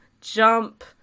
jump